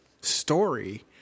story